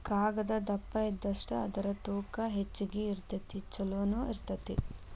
ಕಾಗದಾ ದಪ್ಪ ಇದ್ದಷ್ಟ ಅದರ ತೂಕಾ ಹೆಚಗಿ ಇರತತಿ ಚುಲೊನು ಇರತತಿ